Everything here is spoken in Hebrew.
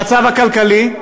המצב הכלכלי,